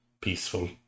Peaceful